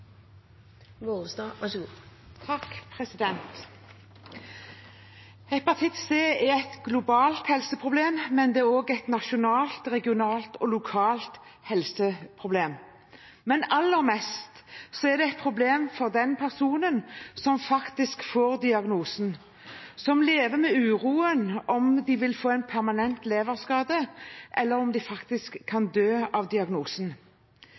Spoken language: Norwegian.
et globalt helseproblem, men det er også et nasjonalt, regionalt og lokalt helseproblem. Men aller mest er det et problem for de personene som får diagnosen, som lever med uroen for om de vil få en permanent leverskade, eller om de kan dø av diagnosen.